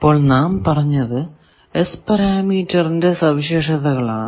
ഇപ്പോൾ നാം പറഞ്ഞത് S പരാമീറ്ററിന്റെ സവിശേഷതകൾ ആണ്